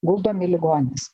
guldomi į ligonines